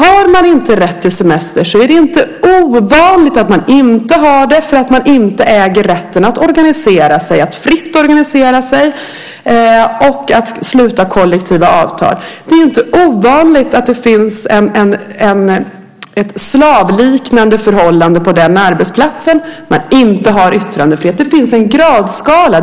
Om man inte har rätt till semester är det inte ovanligt att man inte har det just för att man inte äger rätten att fritt organisera sig och sluta kollektiva avtal. Det är inte ovanligt att det finns ett slavliknande förhållande på den arbetsplats där man inte har yttrandefrihet. Det finns en gradskala.